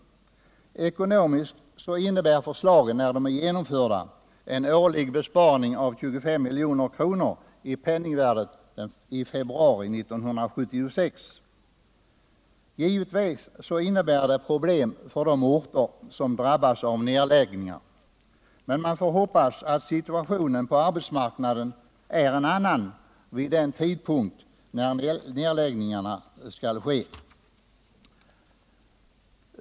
Ekonomiskt innebär ett förverkligande av förslagen en årlig besparing på 25 milj.kr. i penningvärdet i februari 1976. Givetvis skapas problem för de orter som drabbas av nedläggningar, men man får hoppas att situationen på arbetsmarknaden är en annan vid den tidpunkt då nedläggningarna skall ske.